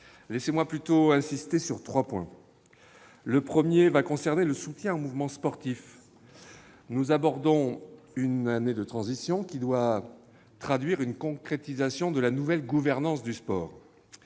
Permettez-moi plutôt d'insister sur trois points : le premier a trait au soutien au mouvement sportif. Nous abordons une année de transition qui doit traduire une concrétisation de la nouvelle gouvernance du sport.